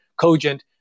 cogent